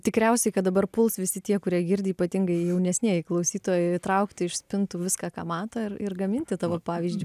tikriausiai kad dabar puls visi tie kurie girdi ypatingai jaunesnieji klausytojai traukti iš spintų viską ką mato ir ir gaminti tavo pavyzdžiu